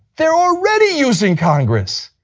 they are already using congress.